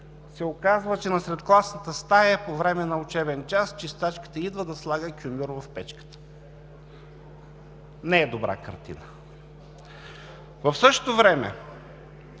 се оказва, че насред класната стая, по време на учебен час чистачката идва да слага кюмюр в печката. Не е добра картина. В същото време,